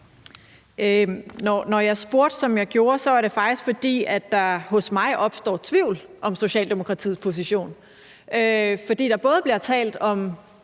Når jeg spurgte, som jeg gjorde, var det faktisk, fordi der hos mig opstår tvivl om Socialdemokratiets position. For der bliver talt om